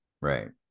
right